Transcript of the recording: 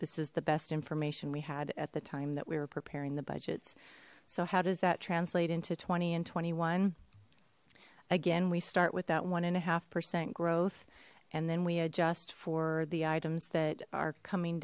this is the best information we had at the time that we were preparing the budgets so how does that translate into twenty and twenty one again we start with that one and a half percent growth and then we adjust for the items that are coming